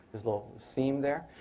this little seam there.